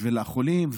בשביל החולים,